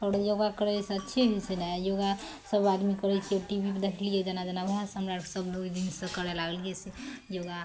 आओर योगा करैसँ अच्छे होइ छै ने योगा सब आदमी करै छियै टीवीमे देखलियै जेना जेना ओहएसँ हमरा आरके सब ओहि दिनसँ करै लागलियै से योगा